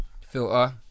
Filter